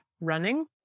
running